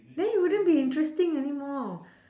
then you wouldn't be interesting anymore